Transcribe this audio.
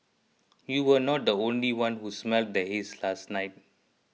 you were not the only one who smelled the haze last night